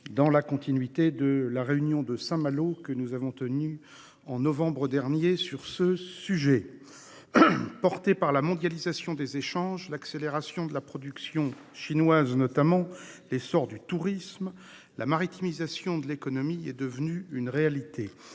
dans la continuité de la réunion de Saint-Malo qui s'est tenue sur ce sujet en novembre dernier. Portée par la mondialisation des échanges, l'accélération de la production, notamment chinoise, et l'essor du tourisme, la maritimisation de l'économie est devenue une réalité.